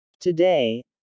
Today